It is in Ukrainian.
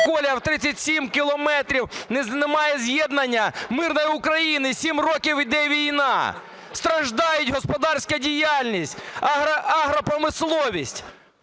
колія в 37 кілометрів, немає з'єднання з мирною Україною, 7 років іде війна, страждає господарська діяльність, агропромисловість.